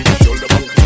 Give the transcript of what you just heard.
shoulder